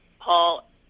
Paul